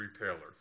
retailers